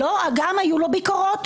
לא, גם היו לו ביקורות.